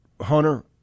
Hunter